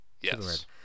Yes